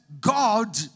God